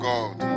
God